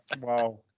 Wow